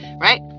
right